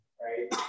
Right